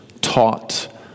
taught